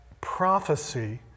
Prophecy